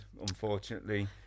unfortunately